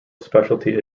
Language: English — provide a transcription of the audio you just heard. specialty